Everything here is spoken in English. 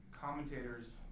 commentators